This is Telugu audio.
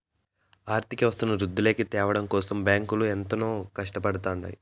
ఆర్థిక వ్యవస్థను వృద్ధిలోకి త్యావడం కోసం బ్యాంకులు ఎంతో కట్టపడుతాయి